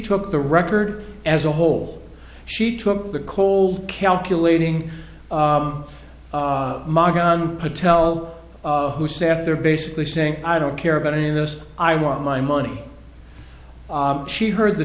took the record as a whole she took a cold calculating maga patel who sat there basically saying i don't care about any of this i want my money she heard the